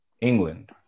England